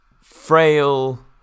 frail